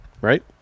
right